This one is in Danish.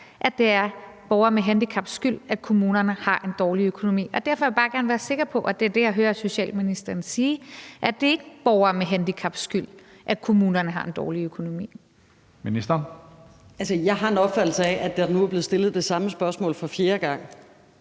at det er borgere med handicaps skyld, at kommunerne har en dårlig økonomi. Derfor vil jeg bare gerne være sikker på, at det, jeg hører socialministeren sige, er, at det ikke er borgere med handicaps skyld, at kommunerne har en dårlig økonomi. Kl. 15:32 Tredje næstformand (Karsten Hønge): Ministeren.